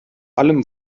allem